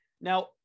Now